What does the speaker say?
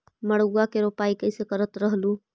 मड़उआ की रोपाई कैसे करत रहलू?